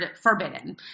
forbidden